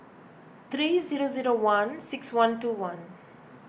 three zero zero one six one two one